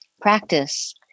practice